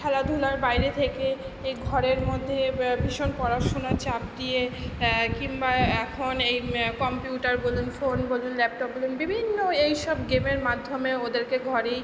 খেলাধুলার বাইরে থেকে এ ঘরের মধ্যে ভীষণ পড়াশুনোর চাপ দিয়ে কিংবা এখন এই কম্পিউটার বলুন ফোন বলুন ল্যাপটপ বলুন বিবিন্ন এই সব গেমের মাধ্যমে ওদেরকে ঘরেই